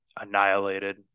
annihilated